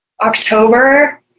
October